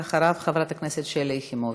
ואחריו, חברת הכנסת שלי יחימוביץ.